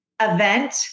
event